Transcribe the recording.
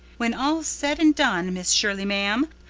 when all's said and done, miss shirley, ma'am,